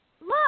Look